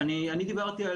אני דיברתי,